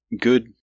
good